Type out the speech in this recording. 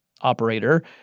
operator